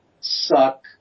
suck